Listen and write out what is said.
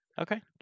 Okay